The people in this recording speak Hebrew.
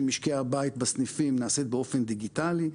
משקי הבית בסניפים נעשית באופן דיגיטלי.